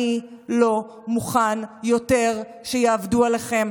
אני לא מוכן יותר שיעבדו עליכם,